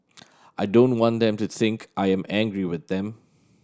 I don't want them to think I am angry with them